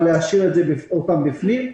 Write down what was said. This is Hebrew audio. אבל להשאיר אותם בפנים.